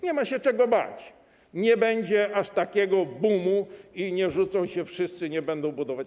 Nie ma się czego bać, nie będzie aż takiego boomu, nie rzucą się wszyscy, nie będą budować.